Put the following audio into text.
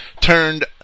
turned